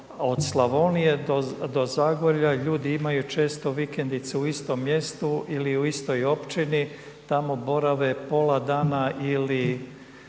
od Slavonije do Zagorja ljudi imaju često vikendice u istom mjestu ili u istoj općini, tamo borave pola dana ili